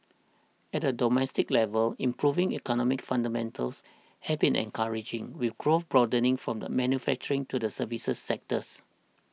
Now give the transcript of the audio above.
at a domestic level improving economic fundamentals have been encouraging with growth broadening from the manufacturing to the services sectors